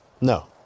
No